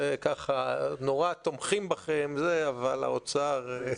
זה: נורא תומכים בכם, אבל האוצר...